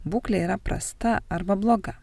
būklė yra prasta arba bloga